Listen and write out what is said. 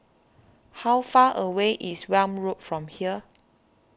how far away is Welm Road from here